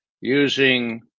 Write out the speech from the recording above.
using